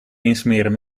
insmeren